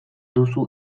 duzu